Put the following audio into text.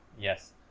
Yes